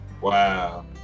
wow